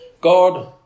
God